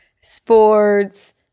sports